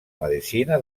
medicina